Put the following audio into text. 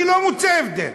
אני לא מוצא הבדל.